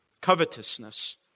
covetousness